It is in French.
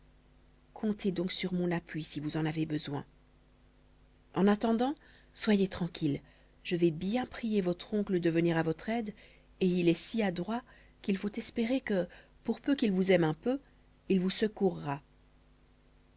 comptez donc sur mon appui si vous en avez besoin en attendant soyez tranquille je vais bien prier votre oncle de venir à votre aide et il est si adroit qu'il faut espérer que pour peu qu'il vous aime un peu il vous secourra